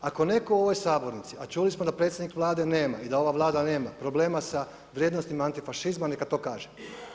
Ako neko u ovoj sabornici, a čuli smo da predsjednik Vlade nama i da ova Vlada nema problema sa vrijednostima antifašizma neka to kaže.